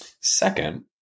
Second